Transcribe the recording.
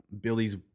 Billy's